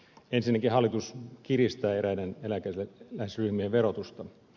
ensinnäkin hallitus kiristää eräiden eläkeläisryhmien verotusta